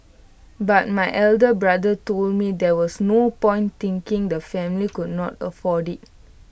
but my elder brother told me there was no point thinking the family could not afford IT